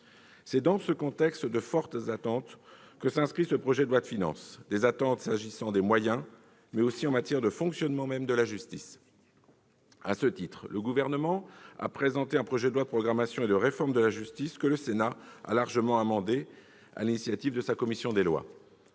C'est dans ce contexte de fortes attentes que s'inscrit ce projet de loi de finances : attentes en termes des moyens, mais aussi de fonctionnement même de la justice. À ce titre, le Gouvernement a présenté un projet de loi de programmation 2018-2022 et de réforme pour la justice, que le Sénat a largement amendé sur l'initiative de sa commission des lois.